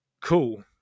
cool